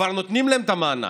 כבר נותנים להם את המענק,